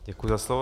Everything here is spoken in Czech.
Děkuji za slovo.